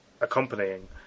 accompanying